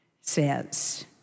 says